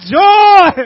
joy